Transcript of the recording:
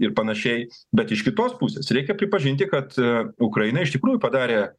ir panašiai bet iš kitos pusės reikia pripažinti kad a ukraina iš tikrųjų padarė